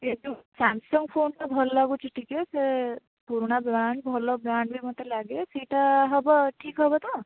ସେ ଯେଉଁ ସାମ୍ସଙ୍ଗ ଫୋନ୍ଟା ଭଲ ଲାଗୁଛି ଟିକିଏ ସେ ପୁରୁଣା ବ୍ରାଣ୍ଡ୍ ଭଲ ବ୍ରାଣ୍ଡ୍ ବି ମୋତେ ଲାଗେ ସେଇଟା ହେବ ଠିକ୍ ହେବ ତ